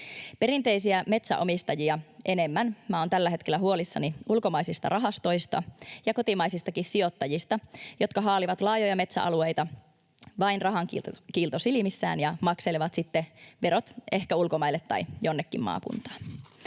Perinteisiä metsänomistajia enemmän minä olen tällä hetkellä huolissani ulkomaisista rahastoista ja kotimaisistakin sijoittajista, jotka haalivat laajoja metsäalueita vain rahan kiilto silmissään ja jotka makselevat sitten verot ehkä ulkomaille tai jonnekin maakunnasta